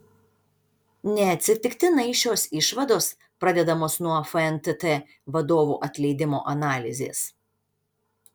neatsitiktinai šios išvados pradedamos nuo fntt vadovų atleidimo analizės